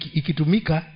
ikitumika